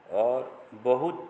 बहुत